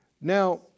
Now